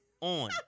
on